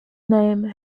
time